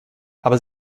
aber